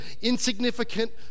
insignificant